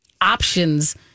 options